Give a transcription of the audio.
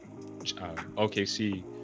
OKC